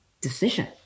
decision